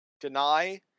deny